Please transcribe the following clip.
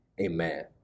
Amen